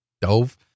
dove